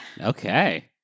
okay